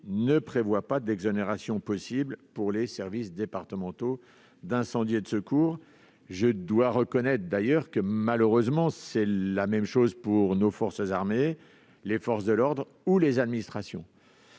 ne prévoit pas d'exonération possible pour les services départementaux d'incendie et de secours. Malheureusement, c'est la même chose pour les forces armées, les forces de l'ordre ou les administrations.